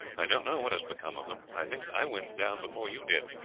i don't know what has become of them. i think i went down before you did.